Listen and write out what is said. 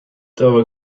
though